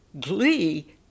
glee